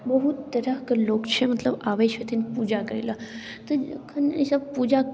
बहुत तरह कऽ लोक छै मतलब आबैत छथिन पूजा करैला तऽ जखन ईसब पूजा